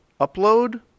Upload